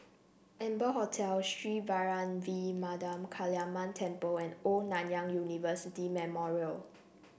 Amber Hotel Sri Vairavimada Kaliamman Temple and Old Nanyang University Memorial